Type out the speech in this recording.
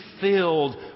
filled